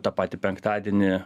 tą patį penktadienį